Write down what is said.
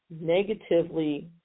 negatively